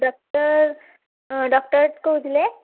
doctor ଅଁ doctorate କହୁଥିଲେ